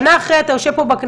שנה אחרי אתה יושב פה,